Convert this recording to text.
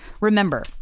Remember